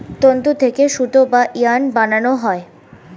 তন্তু থেকে সুতা বা ইয়ার্ন বানানো হয়